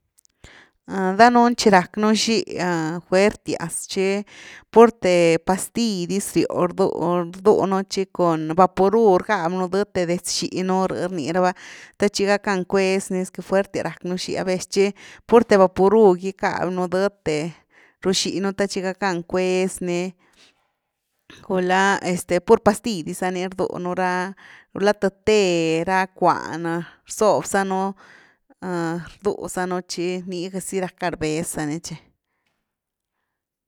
danuun tchi rack nú xi fuertias tchi purthe pastill dis rio rdunú tchi cun vaporub rgaby nú dëthe detz xinú rh rniraba the tchi gacka cuez ni, esque fuertias rack nú xi a vez tchi purthe vaporub gy cabinu dethe ru xinu the tchi gackan cues ni, gulá este pur pasitll din za ni rdu nú, ra, gula th té, ra cuan rzob zanú rdú za nú tchi, ni gazi rackan rbez za ni tchi.